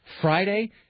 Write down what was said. Friday